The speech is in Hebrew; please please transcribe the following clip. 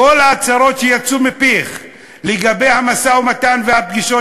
כל ההצהרות שיצאו מפיך לגבי המשא-ומתן והפגישות